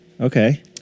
Okay